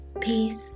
Peace